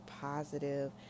positive